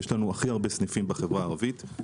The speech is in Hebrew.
יש לנו הכי הרבה סניפים בחברה הערבית,